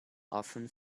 often